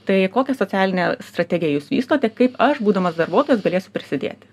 tai kokią socialinę strategiją jūs vystote kaip aš būdamas darbuotojas galėsiu prisidėti